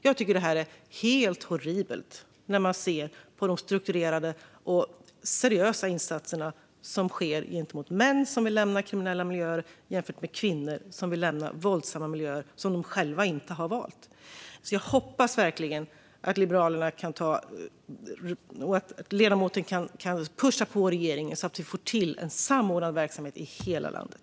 Jag tycker att det är helt horribelt att se de strukturerade och seriösa insatserna som sker gentemot män som vill lämna kriminella miljöer jämfört med kvinnor som vill lämna våldsamma miljöer som de själva inte har valt. Jag hoppas verkligen att Liberalerna och ledamoten kan pusha på regeringen så att det går att få en samordnad verksamhet i hela landet.